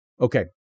Okay